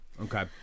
Okay